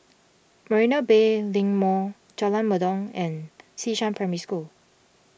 Marina Bay Link Mall Jalan Mendong and Xishan Primary School